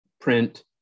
print